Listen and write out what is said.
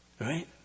Right